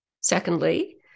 Secondly